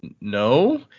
No